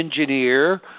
engineer